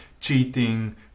cheating